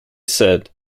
said